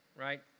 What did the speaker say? right